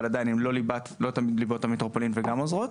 עדיין הם לא תמיד ליבת המטרופולין וגם עוזרות.